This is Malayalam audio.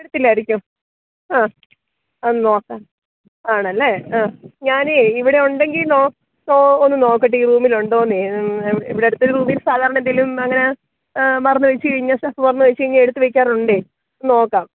എടുത്തില്ലായിരിക്കും ആ അതൊന്ന് നോക്കാന് ആണല്ലേ ആ ഞാനേ ഇവിടെ ഉണ്ടെങ്കില് ഒന്ന് നോക്കട്ടെ ഈ റൂമിലുണ്ടോന്നെ ഇവിടെ അടുത്തൊരു റൂമില് സാധാരണ എന്തേലും അങ്ങനെ മറന്നുവച്ചുകഴിഞ്ഞാല് സ്റ്റാഫ് മറന്നു വച്ചുകഴിഞ്ഞാല് എടുത്തുവയ്ക്കാറുണ്ടെ നോക്കാം